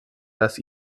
dass